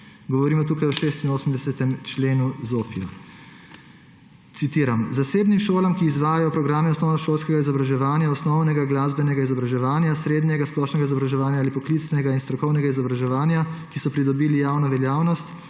govorimo o 86. členu ZOFVI. Citiram: »Zasebnim šolam, ki izvajajo programe osnovnošolskega izobraževanja, osnovnega glasbenega izobraževanja, srednjega splošnega izobraževanja ali poklicnega in strokovnega izobraževanja, ki so pridobili javno veljavnost,